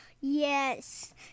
Yes